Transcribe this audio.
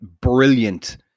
brilliant